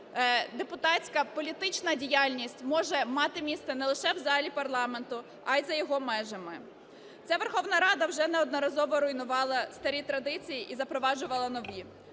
депутатська політична діяльність може мати місце не лише в залі парламенту, а й за його межами. Ця Верховна Рада вже неодноразово руйнувала старі традиції і запроваджувала нові.